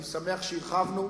אני שמח שהרחבנו,